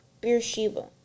beersheba